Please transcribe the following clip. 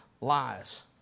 lies